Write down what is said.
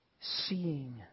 seeing